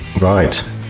Right